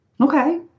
Okay